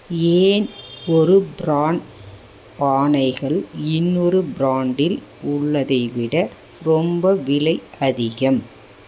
ஏன் ஒரு பிராண்ட் பானைகள் இன்னொரு பிராண்டில் உள்ளதை விட ரொம்ப விலை அதிகம்